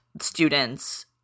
students